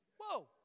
Whoa